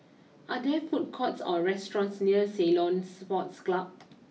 are there food courts or restaurants near Ceylon Sports Club